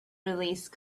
release